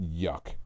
yuck